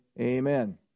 amen